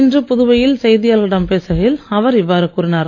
இன்று புதுவையில் செய்தியாளர்களிடம் பேசுகையில் அவர் இவ்வாறு கூறினார்